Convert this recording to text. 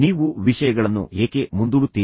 ನೀವು ವಿಷಯಗಳನ್ನು ಏಕೆ ಮುಂದೂಡುತ್ತೀರಿ